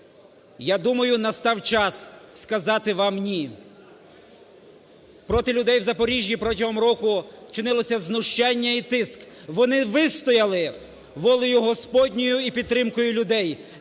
Я думаю, настав час сказати вам "ні". Проти людей в Запоріжжі протягом року вчинилося знущання і тиск, вони вистояли волею господньою і підтримкою людей.